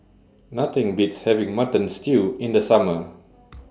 Nothing Beats having Mutton Stew in The Summer